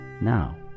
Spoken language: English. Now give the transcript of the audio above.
now